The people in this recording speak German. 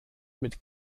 mit